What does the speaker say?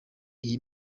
iyi